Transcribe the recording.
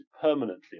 permanently